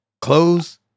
close